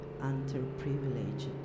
underprivileged